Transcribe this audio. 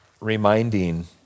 reminding